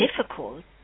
difficult